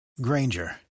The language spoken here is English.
Granger